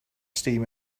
steam